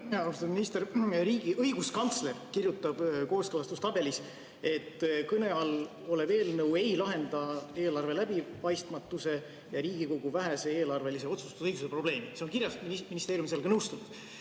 Austatud minister! Õiguskantsler kirjutab kooskõlastustabelis, et kõne all olev eelnõu ei lahenda eelarve läbipaistmatuse ja Riigikogu vähese eelarvelise otsustusõiguse probleemi. See on nii kirjas ja ministeerium sellega nõustub.